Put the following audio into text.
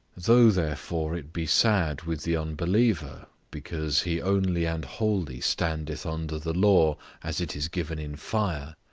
though, therefore, it be sad with the unbeliever, because he only and wholly standeth under the law as it is given in fire,